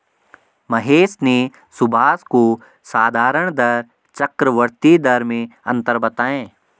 महेश ने सुभाष को साधारण दर चक्रवर्ती दर में अंतर बताएं